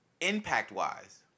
Impact-wise